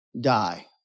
die